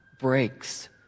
breaks